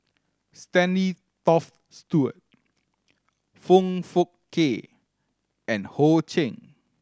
Stanley Toft Stewart Foong Fook Kay and Ho Ching